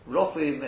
Roughly